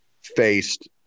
faced